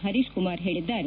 ಹರೀಶ್ ಕುಮಾರ ಹೇಳಿದ್ದಾರೆ